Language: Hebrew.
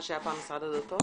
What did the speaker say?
מה שהיה פעם משרד הדתות.